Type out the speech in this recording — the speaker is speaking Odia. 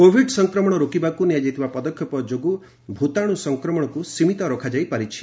କୋଭିଡ୍ ସଂକ୍ରମଣ ରୋକିବାକୁ ନିଆଯାଇଥିବା ପଦକ୍ଷେପ ଯୋଗୁଁ ଭୂତାଣୁ ସଂକ୍ରମଣକୁ ସୀମିତ ରଖାଯାଇପାରିଛି